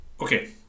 okay